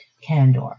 candor